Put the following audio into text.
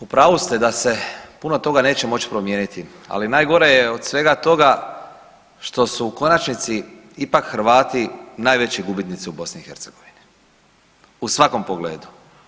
U pravu ste da se puno toga neće moći promijeniti, ali najgore je od svega toga što su u konačnici ipak Hrvati najveći gubitnici u BiH u svakom pogledu.